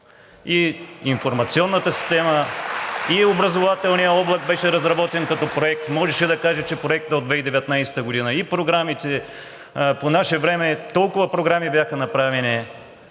И информационната система, и образователният облак беше разработен като проект. Можеше да каже, че проектът е от 2019 г. и програмите. По наше време толкова програми бяха направени.